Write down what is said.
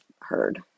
heard